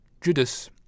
Judas